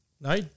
No